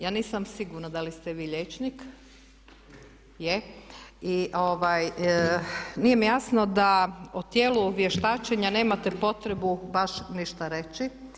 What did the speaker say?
Ja nisam sigurna da li ste vi liječnik i nije mi jasno da o tijelu vještačenja nemate potrebu baš ništa reći.